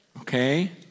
Okay